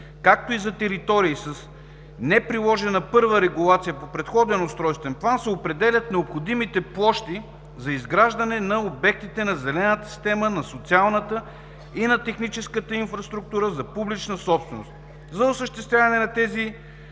както и за територии с неприложена първа регулация по предходен устройствен план се определят необходимите площи за изграждане на обектите на зелената система на социалната и на техническата инфраструктура за публична собственост. За осъществяване на тези